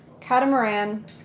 Catamaran